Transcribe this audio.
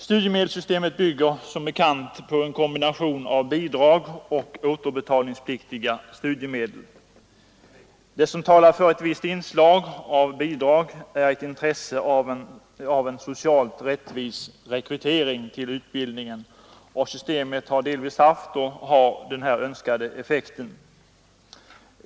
Studiemedelssystemet bygger som bekant på en kombination av bidrag och återbetalningspliktiga studiemedel. Det som talar för ett visst inslag av bidrag är intresset av en socialt rättvis rekrytering till utbildningen. Systemet har delvis haft och har den önskade effekten.